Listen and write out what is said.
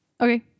Okay